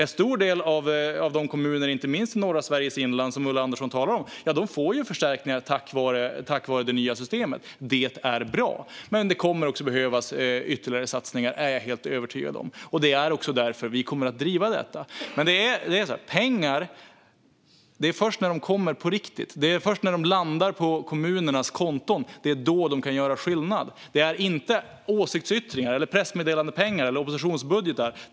En stor del av de kommuner som Ulla Andersson talar om, inte minst i norra Sveriges inland, får ju förstärkningar tack vare det nya systemet. Det är bra, men jag är övertygad om att det också kommer att behövas ytterligare satsningar. Det är också därför vi kommer att driva detta. Pengar kan göra skillnad först när de kommer på riktigt och när de landar på kommunernas konton. Det är inte åsiktsyttringar, pressmeddelandepengar eller oppositionsbudgetar som gör skillnad.